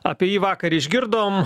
apie jį vakar išgirdom